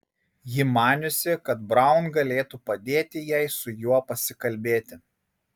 ji maniusi kad braun galėtų padėti jai su juo pasikalbėti